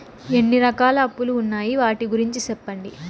ఎన్ని రకాల అప్పులు ఉన్నాయి? వాటి గురించి సెప్పండి?